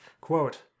Quote